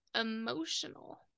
emotional